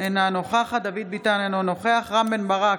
אינה נוכחת דוד ביטן, אינו נוכח רם בן ברק,